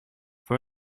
for